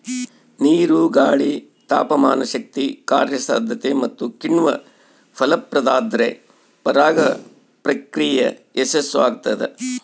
ನೀರು ಗಾಳಿ ತಾಪಮಾನಶಕ್ತಿ ಕಾರ್ಯಸಾಧ್ಯತೆ ಮತ್ತುಕಿಣ್ವ ಫಲಪ್ರದಾದ್ರೆ ಪರಾಗ ಪ್ರಕ್ರಿಯೆ ಯಶಸ್ಸುಆಗ್ತದ